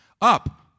Up